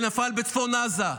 שנפל בצפון עזה,